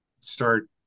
start